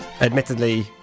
Admittedly